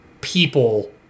people